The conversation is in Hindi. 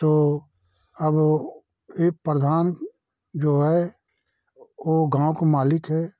तो अब एक परधान जो है वो गाँव का मालिक है